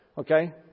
Okay